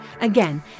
Again